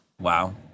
Wow